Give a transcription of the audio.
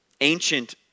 ancient